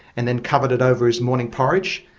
and then covered it over as morning porridge.